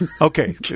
Okay